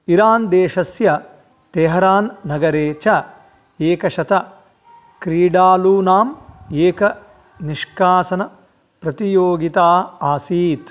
Iran देशस्य Tehran नगरे च एकशत क्रीडालूनां एक निष्कासनप्रतियोगिता आसीत्